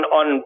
on